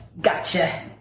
gotcha